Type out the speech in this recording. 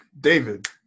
David